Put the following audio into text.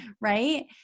Right